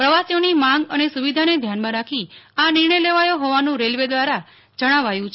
પ્રવાસીઓની માંગ અને સુ વિધાને ધ્યાનમાં રાખી આ નિર્ણય લેવાયો હોવાનું રેલવે દ્વારા જણાવાયું છે